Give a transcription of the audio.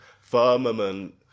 firmament